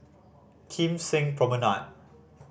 Kim Seng Promenade